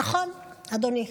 נכון, אדוני,